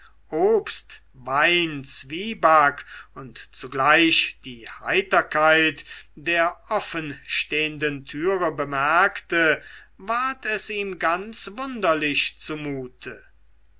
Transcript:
obst wein zwieback und zugleich die heiterkeit der offenstehenden türe bemerkte ward es ihm ganz wunderlich zumute